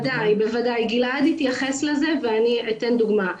בוודאי, גלעד התייחס לזה ואני אתן דוגמה.